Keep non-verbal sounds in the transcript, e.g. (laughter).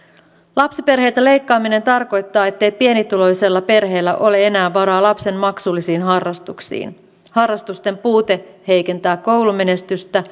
lapsiperheiltä leikkaaminen tarkoittaa ettei pienituloisella perheellä ole enää varaa lapsen maksullisiin harrastuksiin harrastusten puute heikentää koulumenestystä (unintelligible)